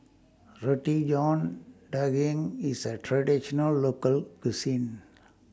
Roti John Daging IS A Traditional Local Cuisine